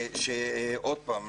עוד פעם,